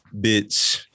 Bitch